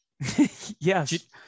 Yes